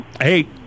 hey